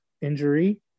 injury